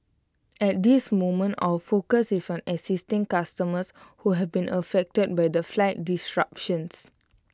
at this moment our focus is on assisting customers who have been affected by the flight disruptions